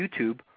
YouTube